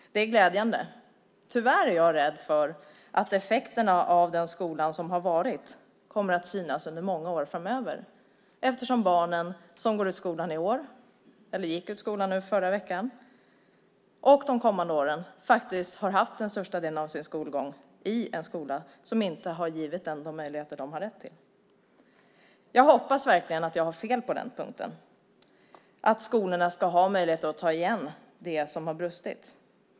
Det är glädjande. Tyvärr är jag rädd för att effekterna av den skola som har varit kommer att synas under många år framöver, eftersom barnen, som gick ut skolan förra veckan och som går ut skolan under de kommande åren, faktiskt har haft den största delen av sin skolgång i en skola som inte har givit dem de möjligheter de har rätt till. Jag hoppas verkligen att jag har fel på den punkten, att skolorna ska ha möjligheter att ta igen det som har brustit.